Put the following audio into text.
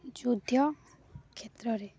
ଯୁଦ୍ଧ କ୍ଷେତ୍ରରେ